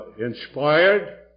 inspired